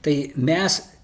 tai mes